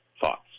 thoughts